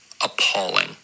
appalling